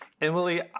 Emily